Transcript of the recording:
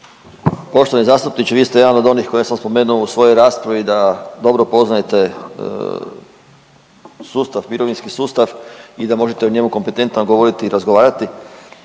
Poštovani zastupniče vi ste jedan od onih koje sam spomenuo u svojoj raspravi da dobro poznajete sustav, mirovinski sustav i da možete o njemu kompetentno govoriti i razgovarati.